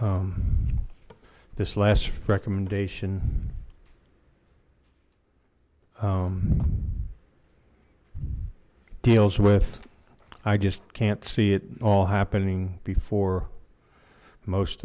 this last recommendation deals with i just can't see it all happening before most